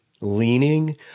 leaning